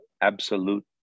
absolute